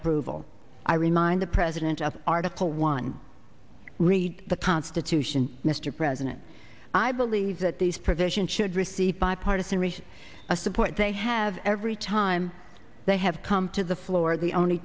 approval i remind the president of article one read the constitution mr president i believe that these provisions should receive bipartisan receipt of support they have every time they have come to the floor the only